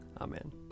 Amen